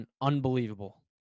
Unbelievable